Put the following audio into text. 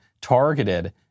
targeted